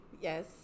Yes